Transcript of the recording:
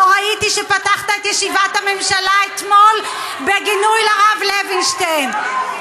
לא ראיתי שפתחת את ישיבת בממשלה אתמול בגינוי לרב לוינשטיין.